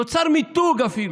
נוצר אפילו מיתוג.